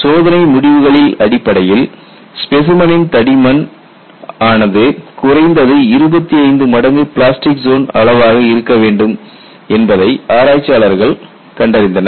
சோதனை முடிவுகளின் அடிப்படையில் ஸ்பெசைமனின் தடிமன் ஆனது குறைந்தது 25 மடங்கு பிளாஸ்டிக் ஜோன் அளவாக இருக்க வேண்டும் என்பதை ஆராய்ச்சியாளர்கள் கண்டறிந்தனர்